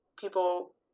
people